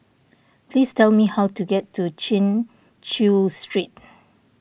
please tell me how to get to Chin Chew Street